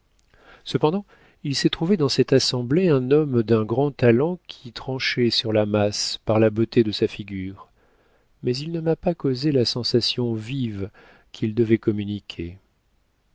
cependant il s'est trouvé dans cette assemblée un homme d'un grand talent qui tranchait sur la masse par la beauté de sa figure mais il ne m'a pas causé la sensation vive qu'il devait communiquer